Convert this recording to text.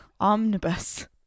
omnibus